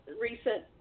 recent